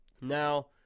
Now